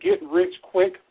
get-rich-quick